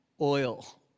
oil